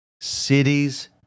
cities